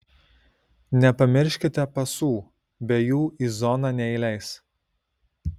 nepamirškite pasų be jų į zoną neįleis